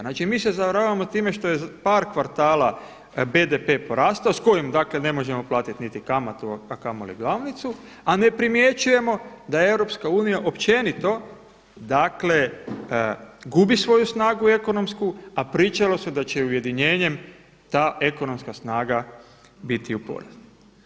Znači mi se zavaravamo time što je par kvartala BDP-e porastao s kojim dakle ne možemo platiti niti kamatu, a kamoli glavnicu, a ne primjećujemo da Europska unija općenito dakle gubi svoju snagu ekonomsku, a pričalo se da će ujedinjenjem ta ekonomska snaga biti u porastu.